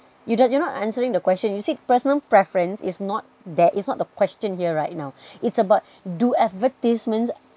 you don't you're not answering the question you see personal preference is not that it's not the question here right now it's about do advertisements